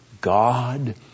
God